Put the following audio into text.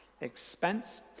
expense